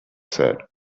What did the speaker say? said